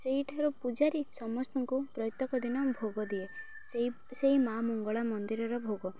ସେଇଠାରୁ ପୂଜାରୀ ସମସ୍ତଙ୍କୁ ପ୍ରତ୍ୟେକ ଦିନ ଭୋଗ ଦିଏ ସେଇ ସେଇ ମା ମଙ୍ଗଳା ମନ୍ଦିରର ଭୋଗ